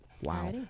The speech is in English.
Wow